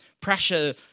Pressure